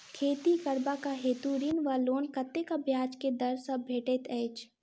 खेती करबाक हेतु ऋण वा लोन कतेक ब्याज केँ दर सँ भेटैत अछि?